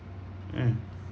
mm